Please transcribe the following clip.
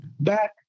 Back